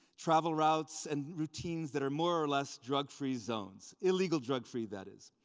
travel routes, and routines that are more or less drug-free zones, illegal drug-free, that is.